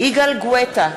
יגאל גואטה,